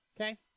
Okay